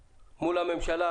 הממשלה,